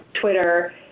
Twitter